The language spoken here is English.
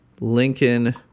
Lincoln